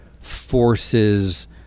forces